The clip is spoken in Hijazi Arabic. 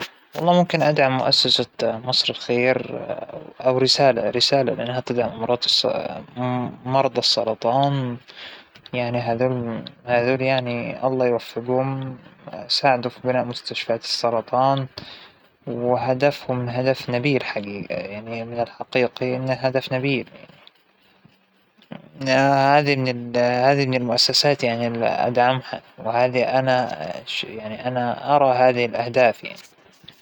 ما جد إجيتنى الفرصة لأدعم مؤسسة خيرية بعد، لكن من وجهة نظرى إن كل المؤسسات الخيرية تستحق الدعم، لو إن أهدافها واضحة وصريحة، ومتاكدين منها إن ما فى وراها أى أهداف ثانية، يعنى ناس أمينة المصارى اللى ياخذوها يودوها للجهة الصحيحة وهكذا.